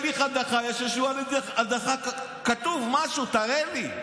תגיד לי, כשיש הליך הדחה, כתוב משהו, תראה לי.